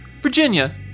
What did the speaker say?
Virginia